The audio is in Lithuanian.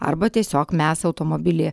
arba tiesiog mes automobilį